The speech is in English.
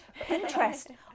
Pinterest